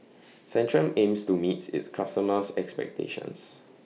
Centrum aims to meets its customers' expectations